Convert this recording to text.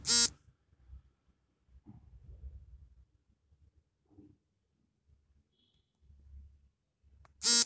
ನೀರಾವರಿಯು ವ್ಯವಸಾಯಕ್ಕೇ ತುಂಬ ಮುಖ್ಯವಾದದ್ದು ನೀರು ಇಲ್ಲ ಅಂದ್ರೆ ಏನು ಮಾಡೋಕ್ ಆಗಲ್ಲ